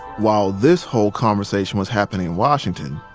while this whole conversation was happening in washington,